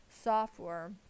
software